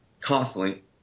constantly